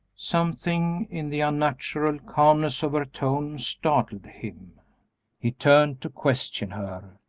something in the unnatural calmness of her tone startled him he turned to question her.